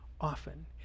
often